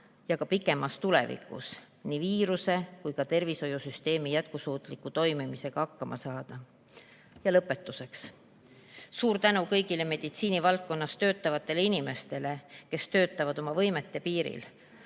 ja ka kaugemas tulevikus nii viiruse kui ka tervishoiusüsteemi jätkusuutliku toimimisega hakkama saada? Ja lõpetuseks: suur tänu kõigile meditsiinivaldkonnas töötavatele inimestele, kes töötavad oma võimete piiril